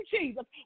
Jesus